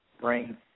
bring